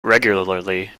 regularly